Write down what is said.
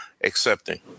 accepting